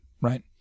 right